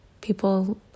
people